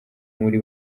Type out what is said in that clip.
muri